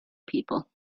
people